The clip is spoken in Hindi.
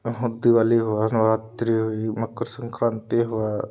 अहं दीवाली हुआ नवरात्रि हुई मकर शंक्रांति हुआ